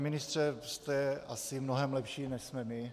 Pane ministře, jste asi mnohem lepší, než jsme my.